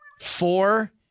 Four